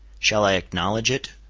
shall i acknowledge it?